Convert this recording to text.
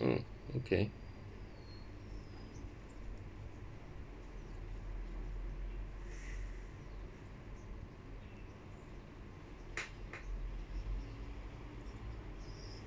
mm okay